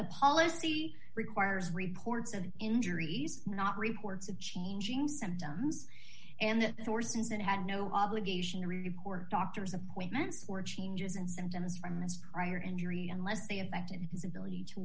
the policy requires reports of injuries not reports of changing symptoms and that the forces that had no obligation to report doctors appointments for changes in symptoms from ms prior injury unless they affected his ability to